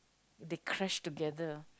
they crash together